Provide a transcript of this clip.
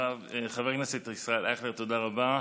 חבר הכנסת ישראל אייכלר, תודה רבה.